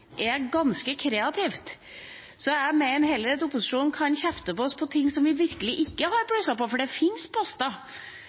ganske kreativt. Jeg mener heller at opposisjonen kan kjefte på oss for ting vi virkelig ikke har